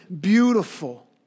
beautiful